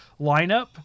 lineup